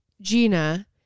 Gina